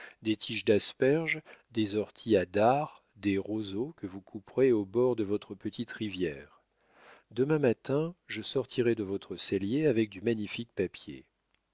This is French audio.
des tiges d'asperges des orties à dard des roseaux que vous couperez aux bords de votre petite rivière demain matin je sortirai de votre cellier avec du magnifique papier